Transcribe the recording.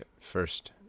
first